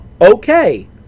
Okay